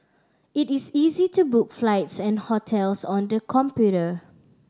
it is easy to book flights and hotels on the computer